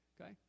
Okay